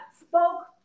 spoke